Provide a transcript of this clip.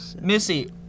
missy